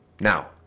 Now